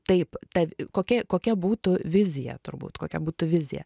taip ta kokia kokia būtų viziją turbūt kokia būtų vizija